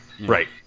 right